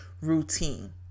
routine